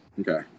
Okay